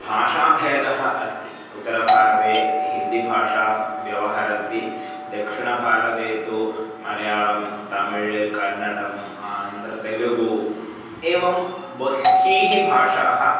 भाषाभेदः अस्ति उत्तरभारते हिन्दिभाषां व्यवहरन्ति दक्षिणभारते तु मलयालं तमिल् कन्नडम् आन्ध्र तेलुगु एवं बह्वीः भाषाः